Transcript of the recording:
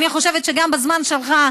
אני חושבת שגם בזמן שלך,